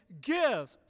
give